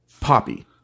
Poppy